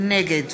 נגד